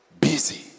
Busy